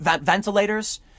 ventilators